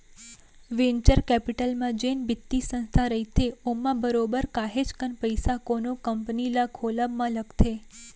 venture capital म जेन बित्तीय संस्था रहिथे ओमा बरोबर काहेच कन पइसा कोनो कंपनी ल खोलब म लगथे